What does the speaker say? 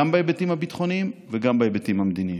גם בהיבטים הביטחוניים וגם בהיבטים המדיניים.